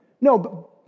No